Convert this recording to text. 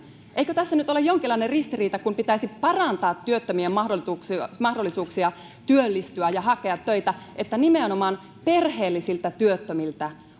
eikö tässä nyt ole jonkinlainen ristiriita kun pitäisi parantaa työttömien mahdollisuuksia mahdollisuuksia työllistyä ja hakea töitä että nimenomaan perheellisiltä työttömiltä